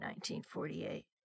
1948